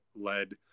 led